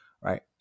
right